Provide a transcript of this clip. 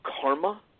karma